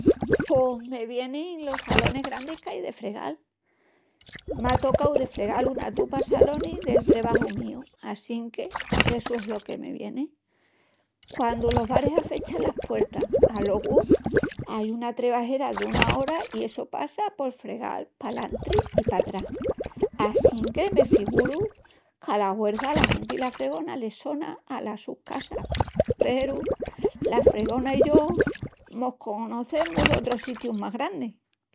Pos me vienin los salonis grandis qu'ai de fregal. M'á tocau de fregal una tupa salonis del trebaju míu assinque essu es lo que me vieni. Quandu los baris afechan las puertas, alogu ai una trebajera duna ora i essu passa por fregal palantri i patrás. Assinque me figuru qu'a la huerça la genti la fregona les sona alas sus casas peru la fregona i yo mos conocemus d'otrus sitius más grandis.